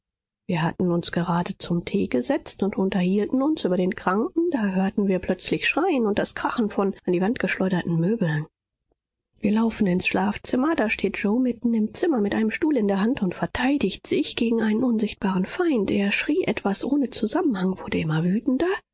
wir hatten uns gerade zum tee gesetzt und unterhielten uns über den kranken da hörten wir plötzlich schreien und das krachen von an die wand geschleuderten möbeln wir laufen ins schlafzimmer da steht yoe mitten im zimmer mit einem stuhl in der hand und verteidigt sich gegen einen unsichtbaren feind er schrie etwas ohne zusammenhang wurde immer wütender